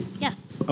Yes